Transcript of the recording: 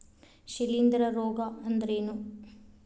ಶಿಲೇಂಧ್ರ ರೋಗಾ ಅಂದ್ರ ಏನ್?